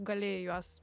gali į juos